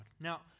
Now